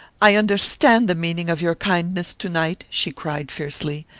i understand the meaning of your kindness to-night, she cried, fiercely.